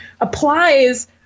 applies